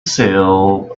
sail